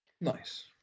Nice